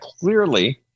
Clearly